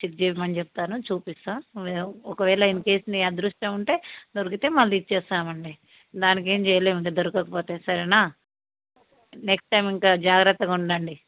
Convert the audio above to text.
check చేయమని చెప్తాను చూపిస్తాను ఒకవే ఒకవేళ ఇన్ కేస్ నీకు అదృష్టం ఉంటే దొరికితే మళ్ళీ ఇచ్చేస్తాం అండి దానికి ఏమి చేయలేం అండి దొరకకపోతే సరేనా నెక్స్ట్ టైమ్ ఇంకా జాగ్రత్తగా ఉండండి